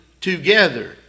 together